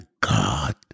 God